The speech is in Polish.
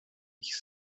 ich